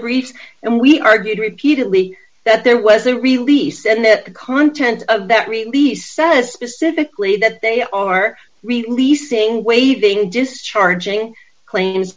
briefs and we argued repeatedly that there was a release and that the content of that release says specifically that they are releasing waving just charging claims